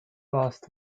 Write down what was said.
last